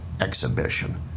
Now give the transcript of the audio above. exhibition